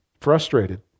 frustrated